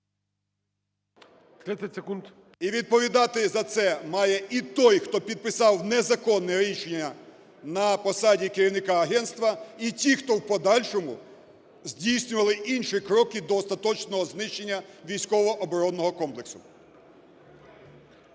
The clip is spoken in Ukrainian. І відповідати за це має і той, хто підписав незаконне рішення на посаді керівника агентства, і ті, хто в подальшому здійснювали інші кроки до остаточного знищення військово-оборонного комплексу.